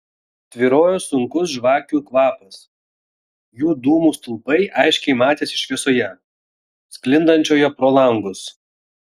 tvyrojo sunkus žvakių kvapas jų dūmų stulpai aiškiai matėsi šviesoje sklindančioje pro langus